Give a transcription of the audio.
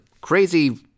crazy